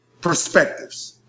perspectives